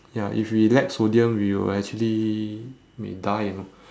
ya if we lack sodium we will actually may die you know